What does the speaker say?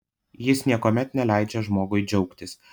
jis niekuomet neleidžia žmogui džiaugtis